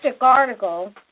article